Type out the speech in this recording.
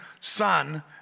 Son